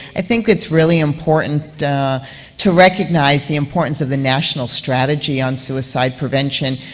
i think it's really important to recognize the importance of the national strategy on suicide prevention.